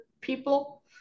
people